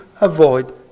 avoid